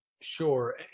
Sure